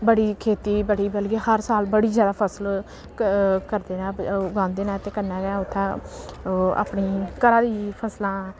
बड़ी खेती बड़ी बल्कि हर साल बड़ी जैदा फसल क करदे न उगांदे न ते कन्नै गै उत्थै अपनी घरा दी फसलां